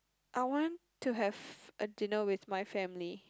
I want to have a dinner with my family